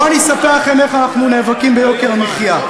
בואו, אני אספר לכם איך אנחנו נאבקים ביוקר המחיה.